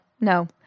no